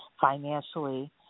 financially